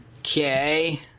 Okay